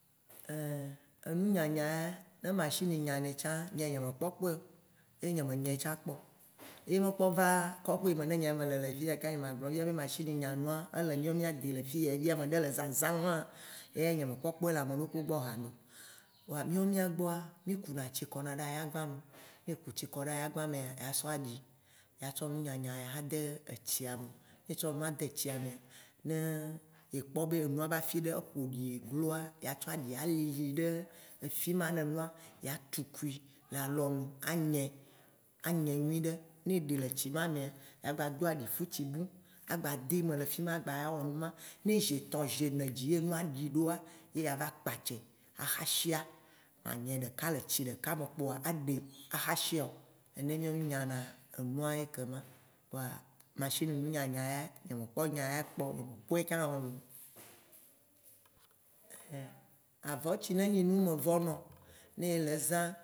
Enunyanya ya, ne machine nyanɛ tsã nye ya nye me kpɔ kpɔɛ, ye nye me nyɛ tsa kpɔ, ye me kpɔ va koƒe yi me ne nyea mele le fiya ka, nye magblɔ be machine nyanua ele mìɔ mìa de le fiya fia meɖe le zãzaŋua, eya nye me kpɔ kpɔe le ameɖokpo gbɔ haɖe o. Kpoa mìɔ mìa gbɔa, mì kuna tsi kɔna ɖe ayawo gbã me, ne eku tsi kɔɖe ayawo gbã mea, yea tsɔ aɖi, ya tsɔ nunyanya axɔ de etsia me. Ne etsɔ nua de tsime ne ekpɔ be enua ba fiɖe eƒoɖi gloa, ya tsɔ aɖi alili ɖe fima ne enua, ya tugui le alɔ nu anyaɛ, anyaɛ nyuiɖe. Ne eɖe le tsi ma mea, ya gba do aɖifutsi bu, agba de me le fima agba wɔ numa. Ne zi etɔ̃, zi ene dzie enua ɖi ɖoa, ye ava kpatchaɛ aha shia. Manyaɛ ɖeka le tsi ɖeka me kpoa aha shia o. Nene ye mìɔ mì nyana enua ye kema, kpoa machine be nunyanya ya, nye me kpɔ nya eya kpɔ, nye me kpɔɛ tsã o looo. Avɔ ci ne nye numevɔ nɔ, ne ele zã,